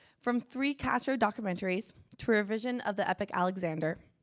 from three castro documentaries through a vision of the epic alexander,